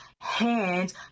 hands